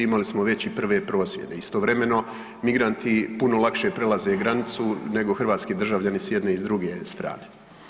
Imali smo već i prve prosvjede, istovremeno migranti puno lakše prelaze granicu nego hrvatski državljani s jedne i s druge strane.